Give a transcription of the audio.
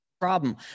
problem